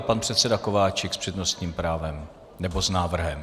Pan předseda Kováčik s přednostním právem, nebo s návrhem.